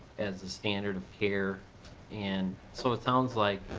as a standard of care and so it sounds like